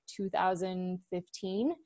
2015